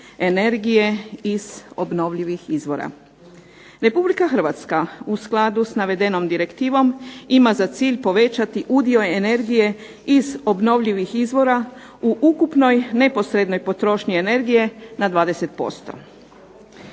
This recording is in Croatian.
energije iz obnovljivih izvora. Republika Hrvatska u skladu s navedenom direktivom ima za cilj povećati udio energije iz obnovljivih izvora u ukupnoj neposrednoj potrošnji energije na 20%.